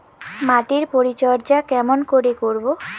মাটির পরিচর্যা কেমন করে করব?